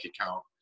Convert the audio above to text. account